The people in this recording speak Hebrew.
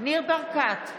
ניר ברקת,